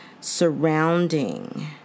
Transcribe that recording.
surrounding